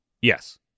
Yes